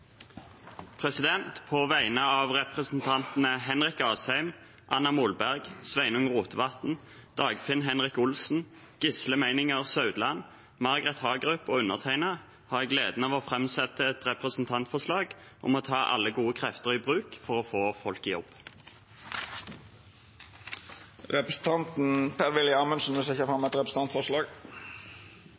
På vegne av representantene Henrik Asheim, Anna Molberg, Sveinung Rotevatn, Dagfinn Henrik Olsen, Gisle Meininger Saudland, Margret Hagerup og undertegnede har jeg gleden av framsette et representantforslag om å ta alle gode krefter i bruk for å få folk i jobb. Representanten Per-Willy Amundsen vil setja fram eit representantforslag.